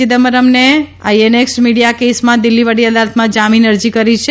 ચિદમ્બરમે INX media કેસમાં દિલ્હી વડી અદાલતમાં જામીન અરજી કરી છે